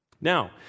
Now